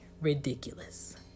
ridiculous